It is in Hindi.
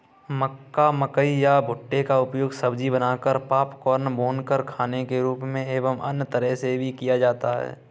मक्का, मकई या भुट्टे का उपयोग सब्जी बनाकर, पॉपकॉर्न, भूनकर खाने के रूप में एवं अन्य तरह से भी किया जाता है